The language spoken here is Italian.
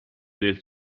del